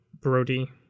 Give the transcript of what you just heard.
Brody